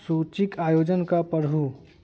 सुचिके आयोजन कऽ पढ़ु